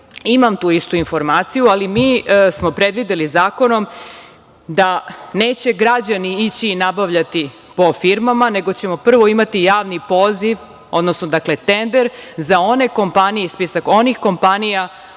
Imam i tu informaciju, ali smo mi predvideli zakonom da neće građani ići i nabavljati po firmama, nego ćemo prvo imati javni poziv, odnosno tender za one kompanije i spisak onih kompanija